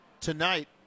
tonight